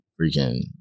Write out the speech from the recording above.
freaking